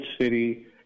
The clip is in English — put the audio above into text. City